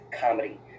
comedy